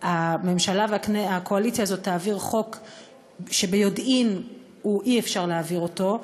הממשלה והקואליציה הזאת תעביר ביודעין חוק אי-אפשר להעביר אותו,